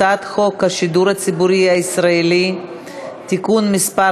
הצעת חוק השידור הציבורי הישראלי (תיקון מס'